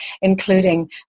including